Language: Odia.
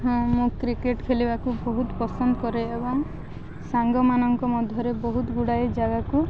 ହଁ ମୁଁ କ୍ରିକେଟ ଖେଳିବାକୁ ବହୁତ ପସନ୍ଦ କରେ ଏବଂ ସାଙ୍ଗମାନଙ୍କ ମଧ୍ୟରେ ବହୁତ ଗୁଡ଼ାଏ ଜାଗାକୁ